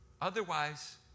Otherwise